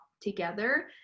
together